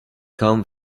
come